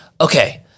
okay